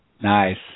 Nice